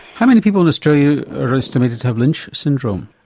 how many people in australia are estimated have lynch syndrome?